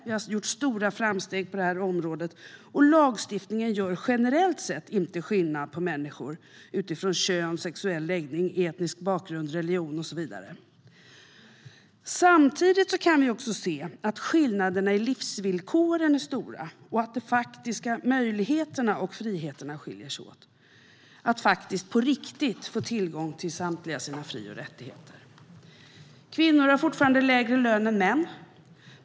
Vi har gjort stora framsteg på det här området, och lagstiftningen gör generellt sett inte skillnad på människor utifrån kön, sexuell läggning, etnisk bakgrund, religion och så vidare. Samtidigt kan vi se att skillnaderna i livsvillkoren är stora och att de faktiska möjligheterna och friheterna skiljer sig åt, det vill säga att på riktigt få tillgång till samtliga sina fri och rättigheter. Kvinnor har fortfarande lägre lön än män.